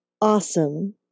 awesome